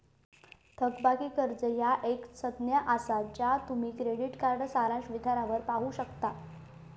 थकबाकी कर्जा ह्या एक संज्ञा असा ज्या तुम्ही क्रेडिट कार्ड सारांश विधानावर पाहू शकता